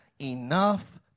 enough